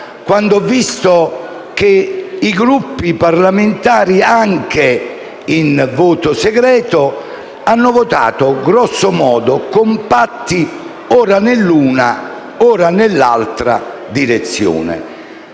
quando ho visto che i Gruppi parlamentari, anche in voto segreto, hanno votato grosso modo compatti, ora nell'una, ora nell'altra direzione.